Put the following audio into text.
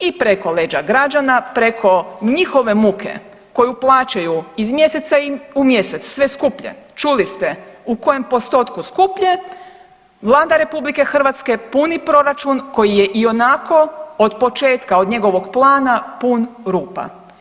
I preko leđa građana, preko njihove muke koju plaćaju iz mjeseca u mjesec sve skuplje, čuli ste u kojem postotku skuplje, Vlada RH puni proračun koji je ionako od početka od njegovog plana pun rupa.